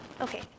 Okay